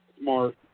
Smart